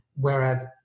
whereas